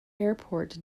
airport